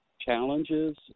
challenges